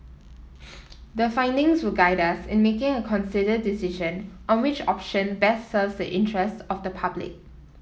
the findings will guide us in making a considered decision on which option best serves the interests of the public